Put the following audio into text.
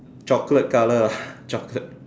chocolate colour lah chocolate